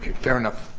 fair enough.